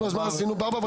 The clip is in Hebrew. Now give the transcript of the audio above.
נו, אז מה עשינו בזה?